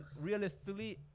realistically